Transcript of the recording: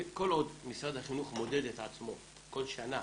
כל עוד משרד החינוך מודד את עצמו כל שנה